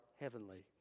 heavenly